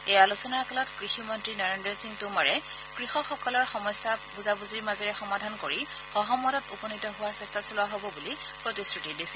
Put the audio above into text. এই আলোচনা কালত কৃষিমন্ত্ৰী নৰেন্দ্ৰ সিং টোমৰে কৃষকসকলৰ সমস্যা বুজাবুজিৰ মাজেৰে সমাধান কৰি সহমতত উপনীত হোৱাৰ চেষ্টা চলোৱা হব বুলি প্ৰতিশ্ৰুতি দিছিল